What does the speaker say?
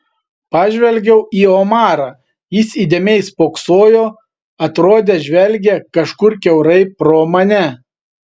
pažvelgiau į omarą jis įdėmiai spoksojo atrodė žvelgia kažkur kiaurai pro mane